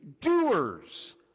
doers